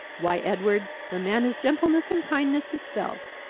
why, edward, the man is gentleness and kindness itself.